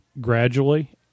gradually